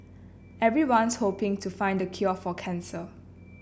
everyone's hoping to find the cure for cancer